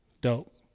Dope